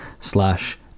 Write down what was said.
slash